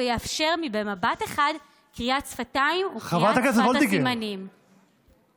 ויאפשר במבט אחד קריאת שפתיים וקריאת שפת הסימנים.) חברת הכנסת וולדיגר,